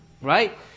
Right